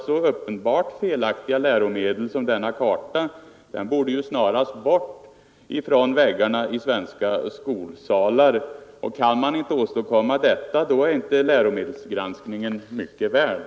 Så uppenbart felaktiga läromedel som denna karta borde ju snarast bort från väggarna i svenska skolsalar. Kan man inte åstadkomma detta, då är inte läromedelsgranskningen mycket värd.